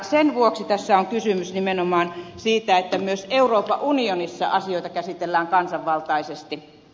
sen vuoksi tässä on kysymys nimenomaan siitä että myös euroopan unionissa asioita käsitellään kansanvaltaisesti